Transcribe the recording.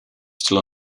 still